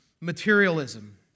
materialism